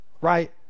right